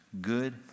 good